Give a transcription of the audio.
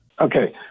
Okay